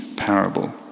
Parable